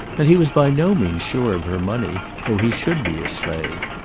and he was by no means sure of her money, though he should be a slave.